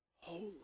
Holy